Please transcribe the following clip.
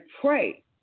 pray